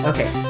Okay